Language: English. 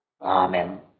Amen